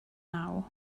naw